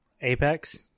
Apex